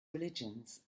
religions